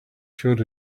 showed